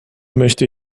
möchte